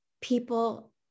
people